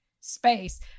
space